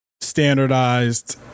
standardized